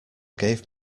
gave